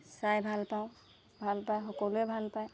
চাই ভাল পাওঁ ভাল পায় সকলোৱে ভাল পায়